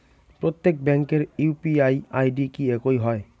প্রত্যেক ব্যাংকের UPI ID কি একই হয়?